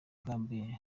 gambia